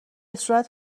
صورت